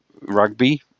rugby